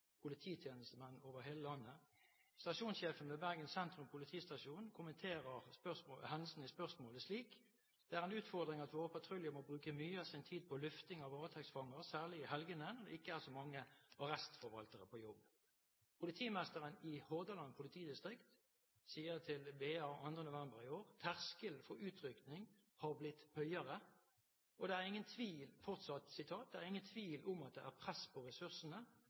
polititjenestemenn over hele landet. Stasjonssjefen ved Bergen sentrum politistasjon kommenterer hendelsen i spørsmålet slik: «Men det er en utfordring at våre patruljer må bruke mye av sin tid på lufting av varetektsfanger, særlig i helgene når det ikke er så mange arrestforvaltere på jobb.» Politimesteren i Hordaland politidistrikt sier til BA 2. november i år: «Terskelen for utrykninger har blitt høyere Og videre: «Det er ingen tvil om at det er press på ressursene og at vi må tilpasse aktivitetsnivået etter det.»